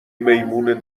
میمون